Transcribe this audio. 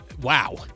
Wow